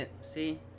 See